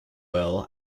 well